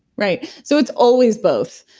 right. so it's always both.